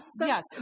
yes